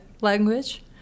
language